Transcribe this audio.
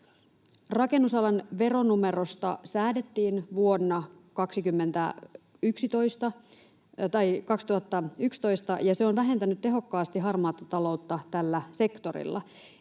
Rakennusalan veronumerosta säädettiin vuonna 2011, se on vähentänyt tehokkaasti harmaata taloutta tällä sektorilla,